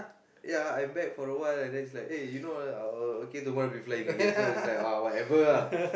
ya I'm back for a while and then it's like ah you know oh okay tomorrow will be flying again so it's like whatever ah